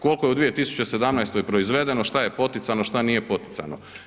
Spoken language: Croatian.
Koliko je u 2017. proizvedeno, šta je poticano, šta nije poticano?